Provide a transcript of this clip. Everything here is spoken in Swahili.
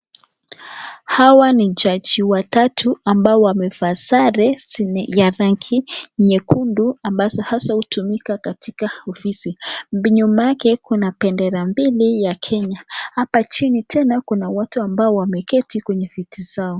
Hawa ni jaji watatu ambao wamevaa sare za rangi nyekundu, ambazo haswa hutumika katika ofisi. Nyuma yake kuna bendera mbili za Kenya. Hapa chini tena, kuna watu ambao wameketi kwenye viti zao.